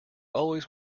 always